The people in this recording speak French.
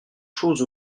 choses